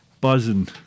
buzzing